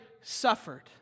suffered